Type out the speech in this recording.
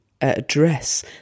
address